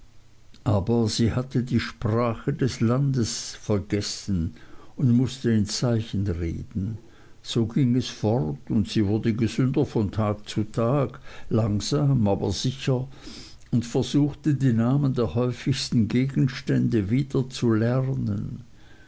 aber sie hatte die sprache jenes landes vergessen und mußte in zeichen reden so ging es fort und sie wurde gesünder von tag zu tag langsam aber sicher und versuchte die namen der häufigsten gegenstände wieder zu lernen